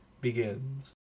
begins